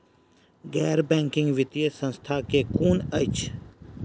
गैर बैंकिंग वित्तीय संस्था केँ कुन अछि?